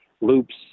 loops